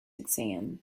exam